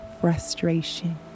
frustration